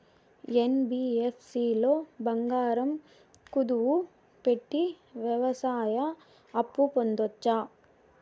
NBFC లో బంగారం కుదువు పెట్టి వ్యవసాయ అప్పు పొందొచ్చా?